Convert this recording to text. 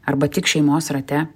arba tik šeimos rate